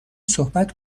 صحبت